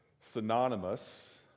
synonymous